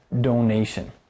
donation